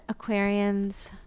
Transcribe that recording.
Aquarians